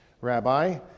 Rabbi